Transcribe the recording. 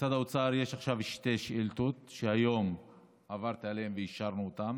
במשרד האוצר יש עכשיו שתי שאילתות שהיום עברתי עליהן ואישרנו אותן.